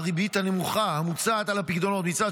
והריבית הנמוכה המוצעת על הפיקדונות מצד